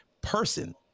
person